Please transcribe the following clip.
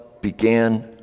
began